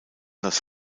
das